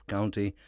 County